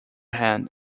hand